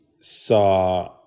saw